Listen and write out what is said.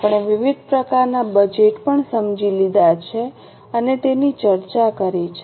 આપણે વિવિધ પ્રકારના બજેટ પણ સમજી લીધા છે અને તેની ચર્ચા કરી છે